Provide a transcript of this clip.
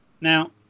Now